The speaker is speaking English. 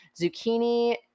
zucchini